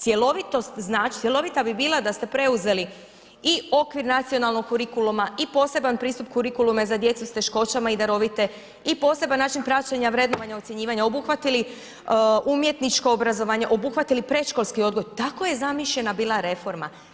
Cjelovita bi bila da ste preuzeli i okvir nacionalnog kurikuluma i poseban pristup kurikuluma za djecu s teškoćama i darovite i poseban način praćenja vrednovanja ocjenjivanja, obuhvatili umjetničko obrazovanje, obuhvatili predškolski odgoj, tako je bila zamišljena reforma.